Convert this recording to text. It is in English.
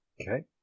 Okay